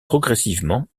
progressivement